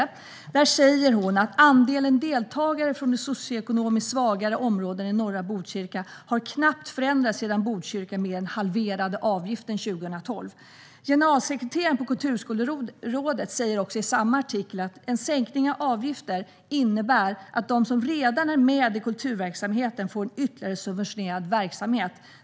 I artikeln säger hon att andelen deltagare från de socioekonomiskt svagare områdena i norra Botkyrka knappt har förändrats sedan Botkyrka mer än halverade avgiften 2012. Generalsekreteraren på Kulturskolerådet säger i samma artikel att en sänkning av avgiften innebär att de som redan är med i kulturverksamheten får ytterligare subventionerad verksamhet.